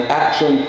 action